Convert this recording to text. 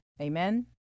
Amen